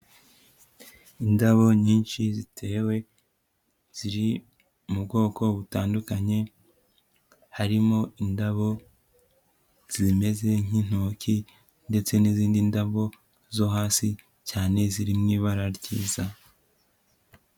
Indabo nyinshi zitewe ziri mu bwoko butandukanye, harimo indabo zimeze nk'intoki ndetse n'izindi ndabo zo hasi cyane ziri mu ibara ryiza.